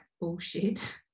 bullshit